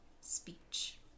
speech